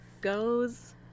Goes